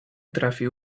potrafi